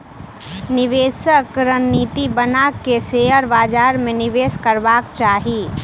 निवेशक रणनीति बना के शेयर बाजार में निवेश करबाक चाही